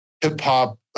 hip-hop